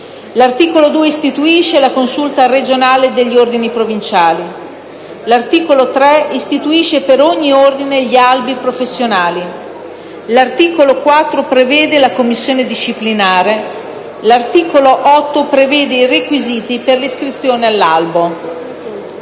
L'articolo 2 istituisce la consulta regionale degli ordini provinciali; l'articolo 3 istituisce per ogni ordine gli albi professionali; l'articolo 5 prevede la commissione disciplinare; l'articolo 8 prevede i requisiti per l'iscrizione all'albo.